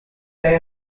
they